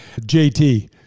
JT